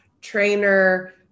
trainer